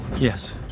Yes